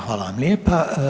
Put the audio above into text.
Hvala vam lijepa.